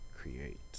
Create